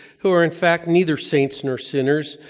who are in fact neither saints nor sinners,